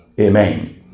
Amen